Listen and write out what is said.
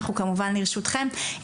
אנחנו כמובן לרשותכם.